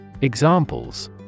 Examples